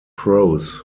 pros